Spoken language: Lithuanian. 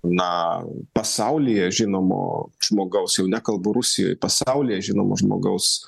na pasaulyje žinomo žmogaus jau nekalbu rusijoj pasauly žinomo žmogaus